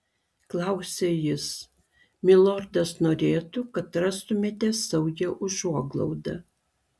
klausia jis milordas norėtų kad rastumėte saugią užuoglaudą